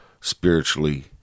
spiritually